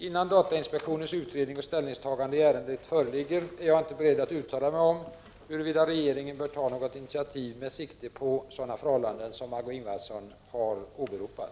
Innan datainspektionens utredning och ställningstagande i ärendet föreligger är jag inte beredd att uttala mig om huruvida regeringen bör ta något initiativ med sikte på sådana förhållanden som Marg6ö Ingvardsson har åberopat.